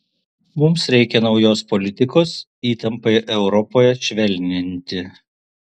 mums reikia naujos politikos įtampai europoje švelninti